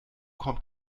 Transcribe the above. kommt